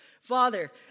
Father